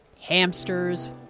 hamsters